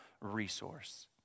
resource